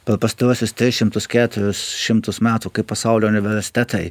per pastaruosius tris šimtus keturis šimtus metų kai pasaulio universitetai